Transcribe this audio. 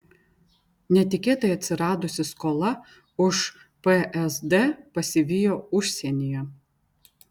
netikėtai atsiradusi skola už psd pasivijo užsienyje